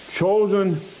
chosen